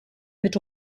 mit